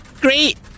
great